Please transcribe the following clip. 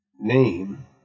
name